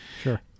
Sure